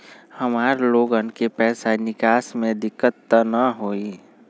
हमार लोगन के पैसा निकास में दिक्कत त न होई?